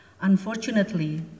Unfortunately